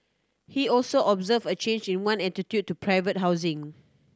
he also observed a change in one attitude to private housing